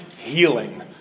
healing